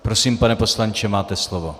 Prosím, pane poslanče, máte slovo.